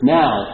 now